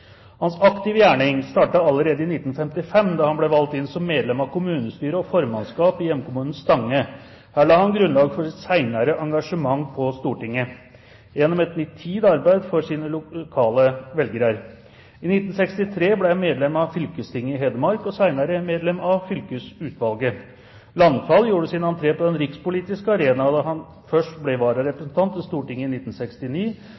Hans aktive gjerning startet allerede i 1955, da han ble valgt inn som medlem av kommunestyre og formannskap i hjemkommunen Stange. Her la han grunnlaget for sitt senere engasjement på Stortinget – gjennom et nitid arbeid for sine lokale velgere. I 1963 ble han medlem av fylkestinget i Hedmark og senere medlem av fylkesutvalget. Landfald gjorde sin entré på den rikspolitiske arena da han først ble